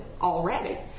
already